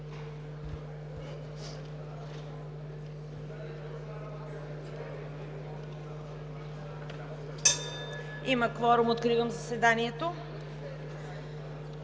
Има кворум, откривам заседанието.